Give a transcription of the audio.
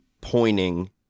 pointing